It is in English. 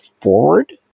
forward